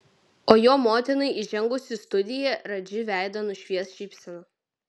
o jo motinai įžengus į studiją radži veidą nušvies šypsena